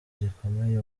gikomeye